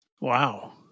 Wow